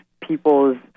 people's